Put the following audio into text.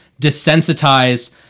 desensitized